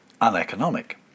uneconomic